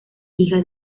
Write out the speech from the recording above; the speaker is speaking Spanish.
hija